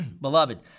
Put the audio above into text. beloved